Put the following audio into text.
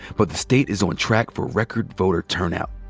but the state is on track for record voter turnout.